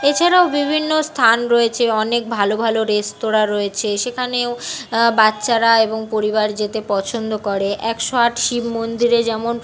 এ ছাড়াও বিভিন্ন স্থান রয়েছে অনেক ভালো ভালো রেস্তরাঁ রয়েছে সেখানেও বাচ্চারা এবং পরিবার যেতে পছন্দ করে একশো আট শিব মন্দিরে যেমন